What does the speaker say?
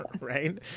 right